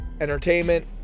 entertainment